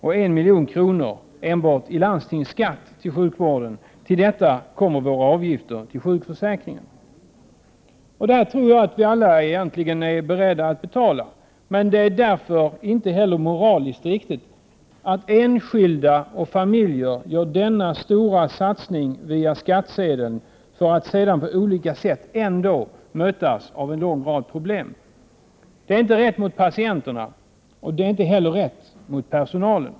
och 1 milj.kr. enbart i landstingsskatt till sjukvården. Till detta kommer våra avgifter till sjukförsäkringen. Jag tror att vi alla är beredda att betala för detta. Men det är därför inte moraliskt riktigt att enskilda och familjer som gör denna stora satsning via skattsedeln sedan på olika sätt ändå möter en lång rad problem. Det är inte rätt mot patienterna, och det är heller inte rätt mot personalen.